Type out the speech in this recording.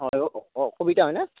হয় অঁ অঁ কবিতা হয়নে